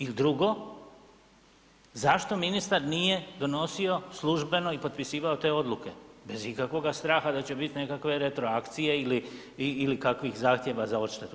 I drugo, zašto ministar nije donosio službeno i potpisivao te odluke, bez ikakvoga straha da će biti nekakve retroakcije ili kakvih zahtjeva za odštetu?